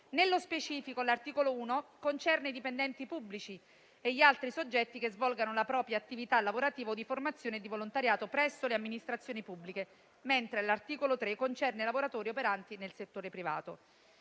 Nello specifico, l'articolo 1 concerne i dipendenti pubblici e gli altri soggetti che svolgono la propria attività lavorativa, di formazione o di volontariato presso le amministrazioni pubbliche, mentre l'articolo 3 concerne i lavoratori operanti nel settore privato.